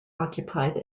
occupied